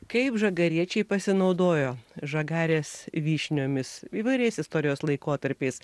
kaip žagariečiai pasinaudojo žagarės vyšniomis įvairiais istorijos laikotarpiais